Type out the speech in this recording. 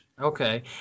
Okay